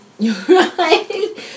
Right